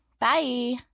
Bye